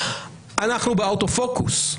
אנחנו באוטופוקוס.